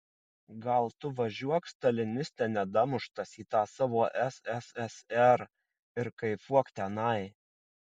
gal tu važiuok staliniste nedamuštas į tą savo sssr ir kaifuok tenai